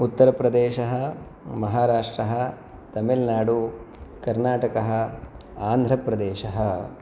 उत्तरप्रदेशः महाराष्ट्रः तमिल्नाडु कर्नाटकः आन्ध्रप्रदेशः